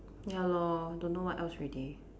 ya lor don't know what else already